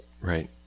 right